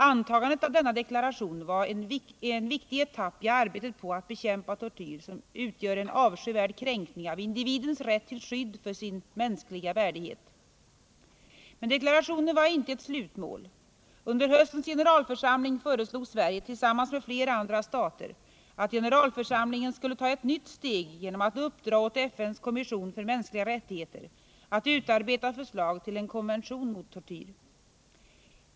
Antagandet av denna deklaration var en viktig etapp i arbetet på att bekämpa tortyr, som utgör en avskyvärd kränkning av individens rätt till skydd för sin mänskliga värdighet. Men deklarationen var inte ett slutmål. Under höstens generalförsamling föreslog Sverige tillsammans med flera andra stater att generalförsamlingen skulle ta ett nytt steg genom att uppdra åt FN:s kommission för mänskliga rättigheter att utarbeta förslag till en konvention mot tortyr.